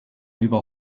über